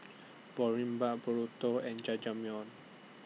Boribap Burrito and Jajangmyeon